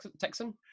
texan